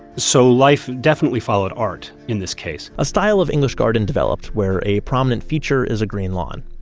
so life definitely followed art in this case a style of english garden developed, where a prominent feature is a green lawn.